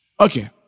Okay